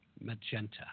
Magenta